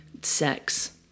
sex